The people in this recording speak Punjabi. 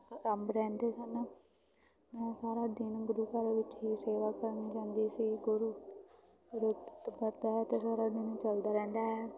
ਅਰੰਭ ਰਹਿੰਦੇ ਸਨ ਮੈਂ ਸਾਰਾ ਦਿਨ ਗੁਰੂ ਘਰ ਵਿੱਚ ਹੀ ਸੇਵਾ ਕਰਨ ਜਾਂਦੀ ਸੀ ਗੁਰੂ ਤਾਂ ਸਾਰਾ ਦਿਨ ਚੱਲਦਾ ਰਹਿੰਦਾ ਹੈ